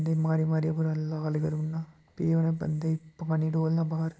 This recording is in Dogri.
बन्दे गी मारी मारियै पूरा लाल करी उड़ना फ्ही उनें बन्दे गी पानी डोह्लना बाह्र